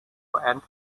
and